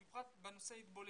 ובפרט בנושא ההתבוללות.